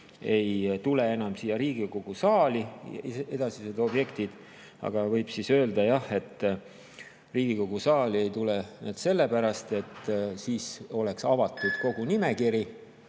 ei tule enam siia Riigikogu saali, edasised objektid. Võib öelda jah, et Riigikogu saali ei tule nad sellepärast, et siis oleks avatud kogu nimekiri